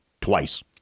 Twice